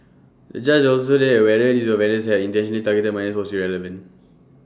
the judge also said that whether these offenders had intentionally targeted minors was irrelevant